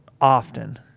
often